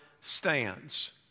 stands